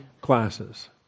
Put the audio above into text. classes